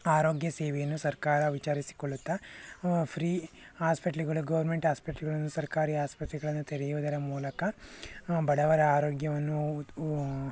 ಆರೋಗ್ಯ ಸೇವೆಯನ್ನು ಸರ್ಕಾರ ವಿಚಾರಿಸಿಕೊಳ್ಳುತ್ತಾ ಫ್ರೀ ಹಾಸ್ಪಿಟಲ್ಗಳು ಗೌರ್ನ್ಮೆಂಟ್ ಹಾಸ್ಪಿಟಲ್ಗಳನ್ನು ಸರ್ಕಾರಿ ಆಸ್ಪತ್ರೆಗಳನ್ನು ತೆರೆಯುವುದರ ಮೂಲಕ ಬಡವರ ಆರೋಗ್ಯವನ್ನು